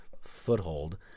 foothold